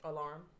Alarm